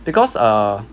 because err